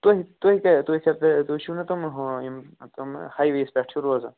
تُہۍ تُہۍ کیٛاہ تُہۍ تُہۍ چھُو نا تِم ہُم یِم تِم ہاے ویٚیَس پٮ۪ٹھ چھِ روزان